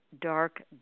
dark